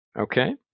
Okay